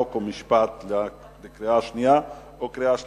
חוק ומשפט לקריאה שנייה וקריאה שלישית.